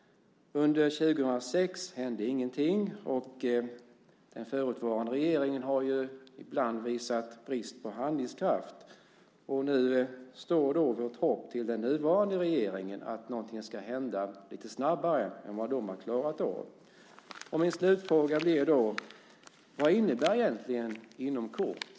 Under 2006 hände ingenting. Den förutvarande regeringen har ju ibland visat brist på handlingskraft. Nu står då vårt hopp till den nuvarande regeringen när det gäller att det ska hända någonting lite snabbare än vad den tidigare regeringen klarade av. Min slutfråga blir då: Vad innebär egentligen "inom kort"?